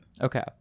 Okay